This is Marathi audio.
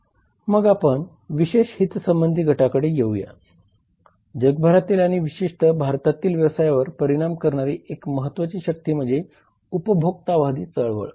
मग आपण विशेष हितसंबंधी गटाकडे येऊया जगभरातील आणि विशेषतः भारतातील व्यवसायावर परिणाम करणारी एक महत्वाची शक्ती म्हणजे उपभोक्तावादी चळवळ